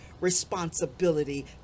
responsibility